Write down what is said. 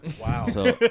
Wow